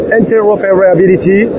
interoperability